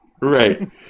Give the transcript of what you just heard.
Right